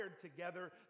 together